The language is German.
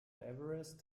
everest